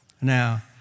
Now